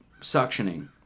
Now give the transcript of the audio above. suctioning